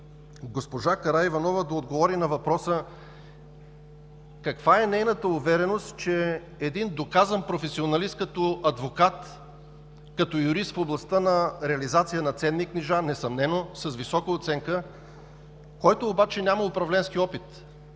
госпожа Караиванова да отговори на въпроса: каква е нейната увереност, че един доказан професионалист – като адвокат, като юрист в областта на реализация на ценни книжа, несъмнено с висока оценка, който обаче е нямал управленски опит?